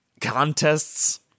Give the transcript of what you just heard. contests